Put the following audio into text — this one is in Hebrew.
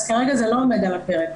כרגע זה לא עומד על הפרק.